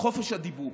חופש הדיבור,